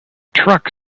trucks